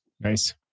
nice